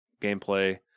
gameplay